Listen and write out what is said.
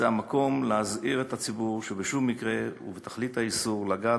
זה המקום להזהיר את הציבור שבכל מקרה אסור בתכלית האיסור לגעת